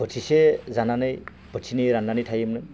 बोथिसे जानानै बोथिनै राननानै थायोमोन